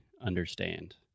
understand